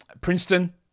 Princeton